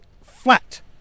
flat